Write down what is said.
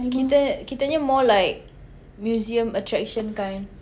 kita kita nya more like museum attraction kind